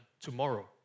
tomorrow